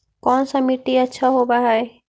कोन सा मिट्टी अच्छा होबहय?